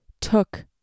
took